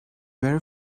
very